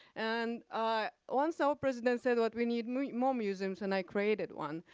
and once our president said what we need more more museums and i created one.